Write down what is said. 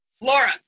Laura